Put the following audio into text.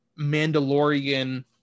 Mandalorian